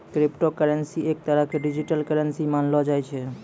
crypto currency एक तरह के डिजिटल करन्सी मानलो जाय छै